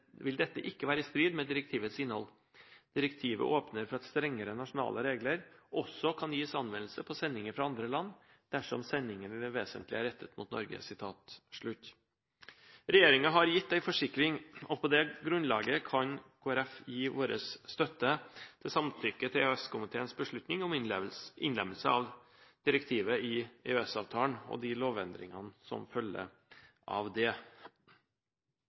dette ikke være i strid med direktivets innhold. Direktivet åpner for at strengere nasjonale regler også kan gis anvendelse på sendinger fra andre land dersom sendingene i det vesentlige er rettet mot Norge.» Regjeringen har gitt en forsikring, og på det grunnlaget kan Kristelig Folkeparti gi sin støtte til samtykke til EØS-komiteens beslutning om innlemmelse av direktivet i EØS-avtalen og de lovendringene som følger av det. I den forbindelse vil jeg også minne om at videreføring av det